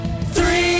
Three